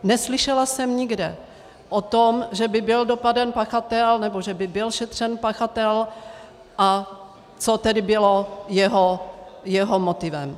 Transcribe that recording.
Neslyšela jsem nikde o tom, že by byl dopaden pachatel nebo že by byl šetřen pachatel a co tedy bylo jeho motivem.